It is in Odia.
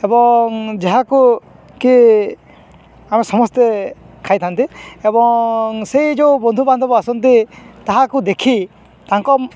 ଏବଂ ଯାହାକୁ କି ଆମେ ସମସ୍ତେ ଖାଇଥାନ୍ତି ଏବଂ ସେଇ ଯେଉଁ ବନ୍ଧୁବାନ୍ଧବ ଆସନ୍ତି ତାହାକୁ ଦେଖି ତାଙ୍କ